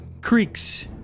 creaks